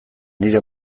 nire